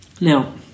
Now